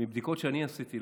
מבדיקות שאני עשיתי,